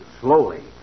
slowly